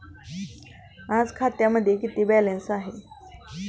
आज खात्यामध्ये किती बॅलन्स आहे?